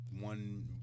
one